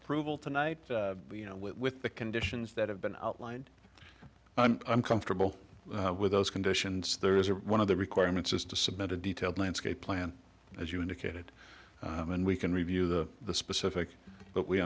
approval tonight you know with with the conditions that have been outlined i'm comfortable with those conditions there is one of the requirements is to submit a detailed landscape plan as you indicated and we can review the the specific but we